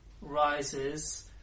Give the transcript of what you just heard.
rises